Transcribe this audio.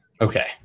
Okay